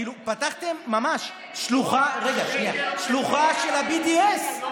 ממש כאילו פתחתם שלוחה של ה-BDS.